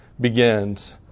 begins